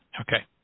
Okay